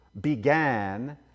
began